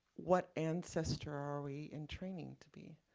what ancestor are we in training to be?